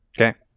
okay